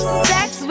sex